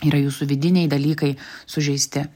yra jūsų vidiniai dalykai sužeisti